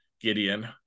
Gideon